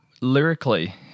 lyrically